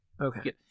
Okay